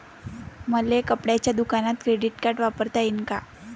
मले कपड्याच्या दुकानात क्रेडिट कार्ड वापरता येईन का?